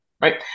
Right